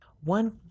One